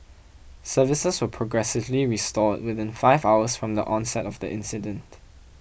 services were progressively restored within five hours from the onset of the incident